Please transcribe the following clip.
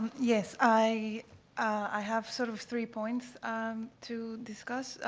yes. i i have sort of three points to discuss.